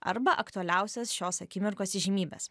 arba aktualiausias šios akimirkos įžymybes